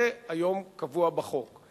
זה קבוע היום בחוק.